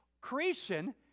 creation